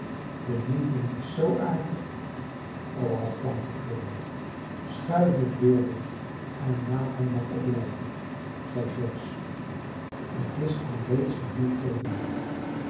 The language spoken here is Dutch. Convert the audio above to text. de meeting is zoo aardig och tante chloe schuif het weer weg en laat hen maar opblijven zeide george de kist alreeds een duw gevende